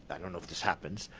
i don't know if this happens.